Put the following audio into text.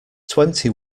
twenty